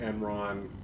Enron